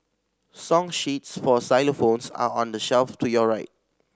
song sheets for xylophones are on the shelf to your right